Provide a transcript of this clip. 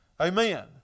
Amen